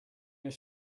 your